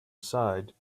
aside